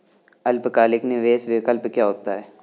अल्पकालिक निवेश विकल्प क्या होता है?